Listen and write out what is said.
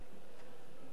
התשע"א 2011,